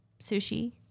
sushi